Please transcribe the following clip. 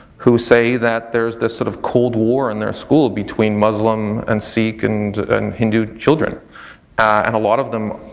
who say that there is this sort of cold war in their school between muslim and sikh and and hindu children and a lot of them,